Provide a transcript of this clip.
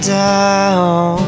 down